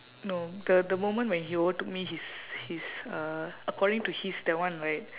no the the moment when he overtook me his his uh according to his that one right